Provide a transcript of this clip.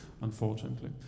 unfortunately